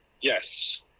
Yes